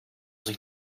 zich